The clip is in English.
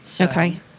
Okay